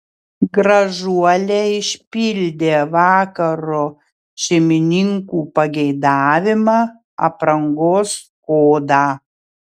gražuolė išpildė vakaro šeimininkų pageidavimą aprangos kodą